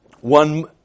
One